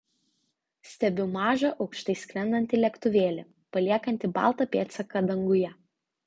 stebiu mažą aukštai skrendantį lėktuvėlį paliekantį baltą pėdsaką danguje